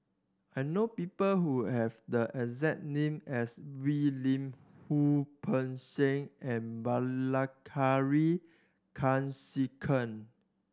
I know people who have the exact name as Wee Lin Wu Peng Seng and Bilahari Kausikan